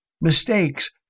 mistakes